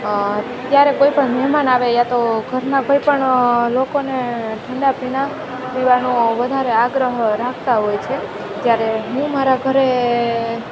ત્યારે કોઈપણ મહેમાન આવે યા તો ઘરના કોઈપણ લોકોને ઠંડા પીણાં પીવાનો વધારે આગ્રહ રાખતા હોય છે જ્યારે હું મારા ઘરે